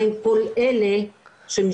מה עם כל אלה שמשתמשים?